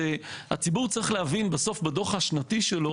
הציבור צריך להבין בסוף בדוח השנתי שלו